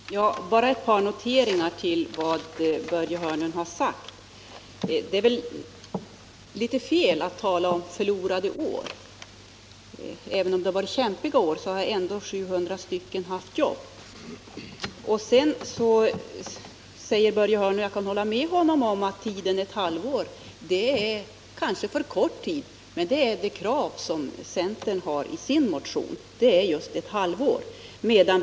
Herr talman! Bara ett par noteringar av vad Börje Hörnlund har sagt. Det är väl litet fel att tala om förlorade år. Även om det varit kämpiga år så har 700 personer som mest haft jobb. Jag kan hålla med Börje Hörnlund om att ett halvår kanske är för kort tid, men det är det krav centern har i sin motion.